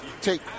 take